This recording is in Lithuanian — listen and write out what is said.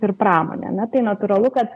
ir pramonė na tai natūralu kad